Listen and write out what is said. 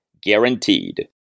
guaranteed